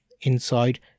inside